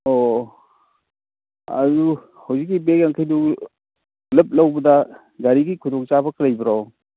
ꯑꯣ ꯑꯗꯨ ꯍꯧꯖꯤꯛꯀꯤ ꯕꯦꯒ ꯌꯥꯡꯈꯩꯗꯨ ꯄꯨꯂꯞ ꯂꯧꯕꯗ ꯒꯥꯔꯤꯒꯤ ꯈꯨꯗꯣꯡꯆꯥꯕꯒ ꯂꯩꯕ꯭ꯔꯣ